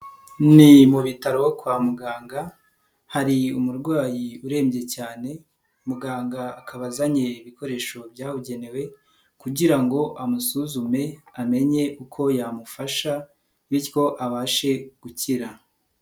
Ni mu bitaro kwa muganga, hari umurwayi urembye cyane muganga akaba azanye ibikoresho byabugenewe kugira ngo amusuzume amenye uko yamufasha, bityo abashe gukira.